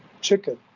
Chicken